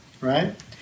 right